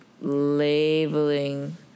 labeling